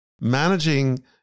managing